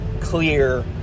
clear